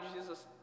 Jesus